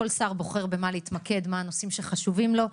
כל שר בוחר במה להתמקד, מה הנושאים שחשובים לו,